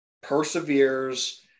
perseveres